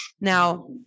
Now